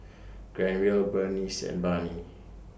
Granville Berneice and Barney